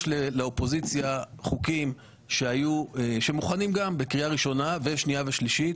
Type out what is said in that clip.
יש לאופוזיציה חוקים שמוכנים בקריאה ראשונה ושנייה ושלישית,